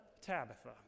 Tabitha